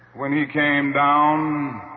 when he came down